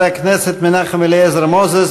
חבר הכנסת מנחם אליעזר מוזס,